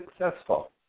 successful